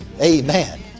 Amen